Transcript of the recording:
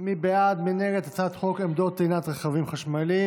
מי בעד ומי נגד הצעת חוק עמדות טעינת רכבים חשמליים?